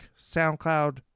SoundCloud